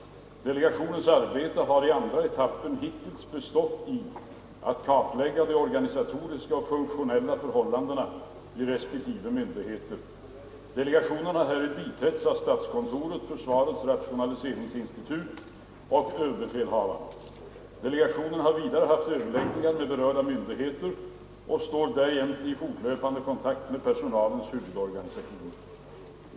Delegationens arbete har i andra etappen hittills bestått i att kartlägga de organisatoriska och funktionella förhållandena vid respektive myndigheter. Delegationen har härvid biträtts av statskontoret, försvarets rationaliseringsintitut och överbefälhavaren. Delegationen har vidare haft överläggningar med berörda myndigheter och står därjämte i fortlöpande kontakt med personalens huvudorganisationer.